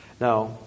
Now